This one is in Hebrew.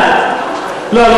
לא,